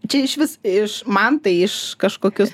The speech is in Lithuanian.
čia išvis iš man tai iš kažkokios